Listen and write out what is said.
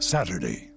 Saturday